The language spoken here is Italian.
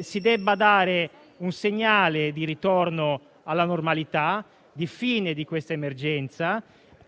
si debba dare un segnale di ritorno alla normalità, di fine di questa emergenza,